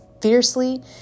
fiercely